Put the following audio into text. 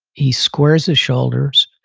he squares his shoulders.